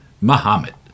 Muhammad